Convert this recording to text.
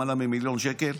למעלה ממיליון שקל,